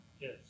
Yes